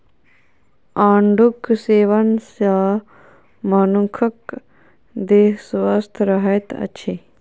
आड़ूक सेवन सॅ मनुखक देह स्वस्थ रहैत अछि